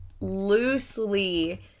loosely